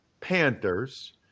Panthers